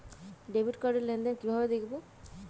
Debit card র লেনদেন কিভাবে দেখবো?